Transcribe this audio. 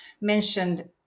mentioned